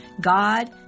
God